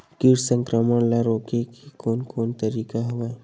कीट संक्रमण ल रोके के कोन कोन तरीका हवय?